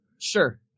Sure